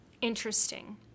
Interesting